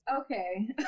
Okay